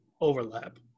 overlap